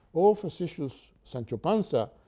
o facetious sancho panza!